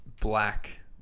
black